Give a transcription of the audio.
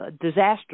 disaster